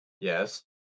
Yes